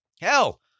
Hell